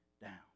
down